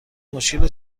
مشکل